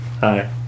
Hi